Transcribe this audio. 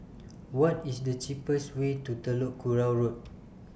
What IS The cheapest Way to Telok Kurau Road